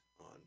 on